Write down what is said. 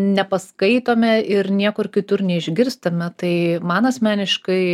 nepaskaitome ir niekur kitur neišgirstame tai man asmeniškai